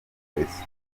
perereza